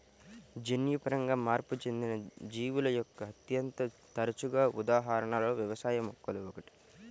జన్యుపరంగా మార్పు చెందిన జీవుల యొక్క అత్యంత తరచుగా ఉదాహరణలలో వ్యవసాయ మొక్కలు ఒకటి